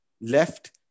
left